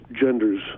genders